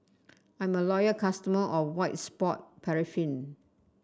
I'm a loyal customer of White Soft Paraffin